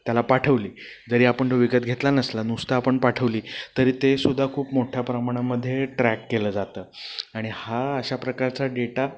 त्याला पाठवली जरी आपण तो विकत घेतला नसला नुसता आपण पाठवली तरी तेसुद्धा खूप मोठ्या प्रमाणामध्ये ट्रॅक केलं जातं आणि हा अशा प्रकारचा डेटा